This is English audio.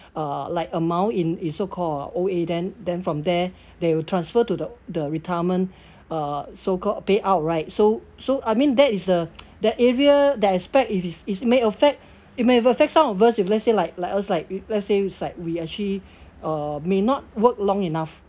uh like amount in its so-called O_A then then from there they will transfer to the the retirement uh so-called payout right so so I mean that is uh the area that aspect if it is may affect it may have affected some of us if let's say like like us like if let's say it's like we actually uh may not work long enough